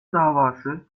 davası